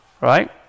right